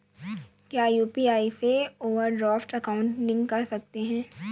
क्या यू.पी.आई से overdraft account link कर सकते हैं?